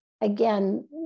again